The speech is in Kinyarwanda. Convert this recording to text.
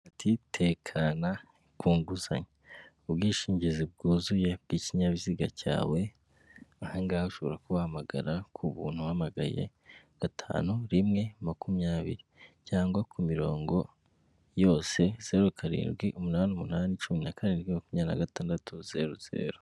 Ati tekana ku nguzanyo, ubwishingizi bwuzuye bw'ikinyabiziga cyawe aha ngahe ushobora kuguhamagara ku buntu uhamagaye gatanu rimwe makumyabiri cyangwa ku mirongo yose seru karindwi umunani umunani cumi nakarindwi makumyabiri na gatandatu zeru zeru.